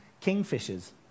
Kingfishers